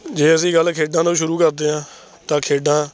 ਅਸੀਂ ਗੱਲ ਖੇਡਾਂ ਤੋਂ ਸ਼ੁਰੂ ਕਰਦੇ ਹਾਂ ਤਾਂ ਖੇਡਾਂ